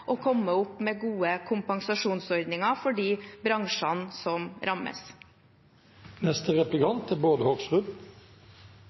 å komme opp med gode kompensasjonsordninger for de bransjene som